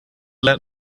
let